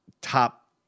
top